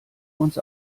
uns